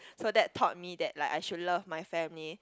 so that taught me that like I should love my family